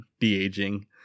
de-aging